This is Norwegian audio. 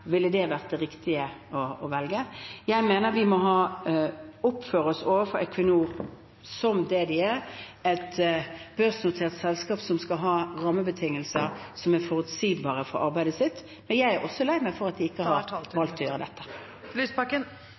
Ville det vært det riktige å velge? Jeg mener vi må oppføre oss overfor Equinor som det de er: et børsnotert selskap som skal ha forutsigbare rammebetingelser for arbeidet sitt. Jeg er også lei meg for at de ikke har valgt å gjøre dette. Audun Lysbakken